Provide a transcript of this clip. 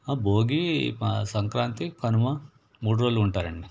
భోగి సంక్రాంతి కనుమ మూడు రోజులు ఉంటారండి